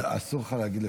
אסור לך להגיד.